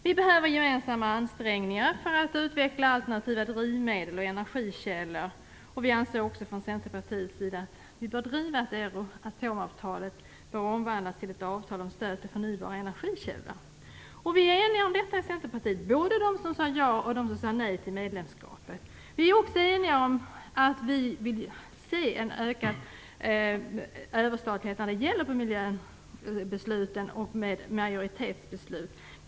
Vi behöver göra gemensamma ansträngningar för att utveckla alternativa drivmedel och energikällor, och vi anser från Centerpartiets sida att man bör driva uppfattningen Euratomavtalet skall omvandlas till ett avtal om stöd till förnybara energikällor. Vi är eniga om detta i Centerpartiet, både de som sade ja och de som sade nej till medlemskapet. Vi är också eniga om att vi vill ha en ökad överstatlighet när det gäller miljöbesluten och dessutom majoritetsbeslut.